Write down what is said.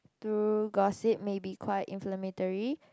through gossip may be quite inflammatory